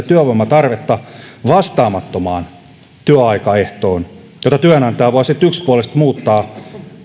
työvoimatarvetta vastaamattomaan työaikaehtoon jota työnantaja voisi yksipuolisesti muuttaa